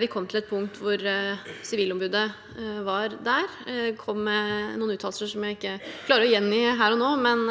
Vi kom til et punkt hvor Sivilombudet var der og kom med noen uttalelser som jeg ikke klarer å gjengi her og nå, men